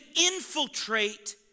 infiltrate